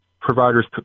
providers